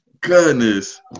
goodness